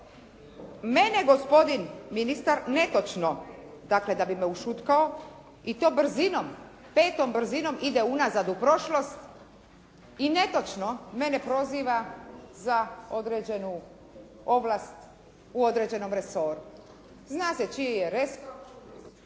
mene gospodin ministar netočno, dakle da bi me ušutkao i to brzinom, petom brzinom ide unazad u prošlost i netočno mene proziva za određenu ovlast u određenom resoru. Zna se čiji je resor